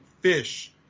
fish